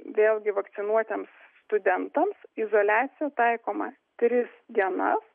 vėlgi vakcinuotiems studentams izoliacija taikoma tris dienas